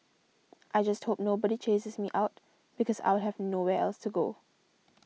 I just hope nobody chases me out because I'll have nowhere else to go